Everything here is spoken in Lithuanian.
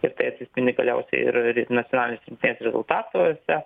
ir tai atsispindi galiausiai ir nacionalinės rinktinės rezultatuose